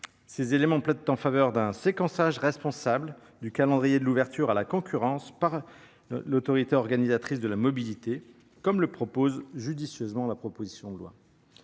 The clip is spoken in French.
Ces éléments plaident en faveur d’un séquençage responsable du calendrier de l’ouverture à la concurrence par l’autorité organisatrice de la mobilité, comme le présent texte le propose